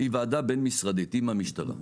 היא ועדה בין משרדית, היא והמשטרה.